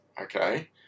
Okay